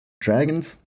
Dragons